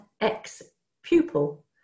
ex-pupil